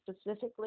specifically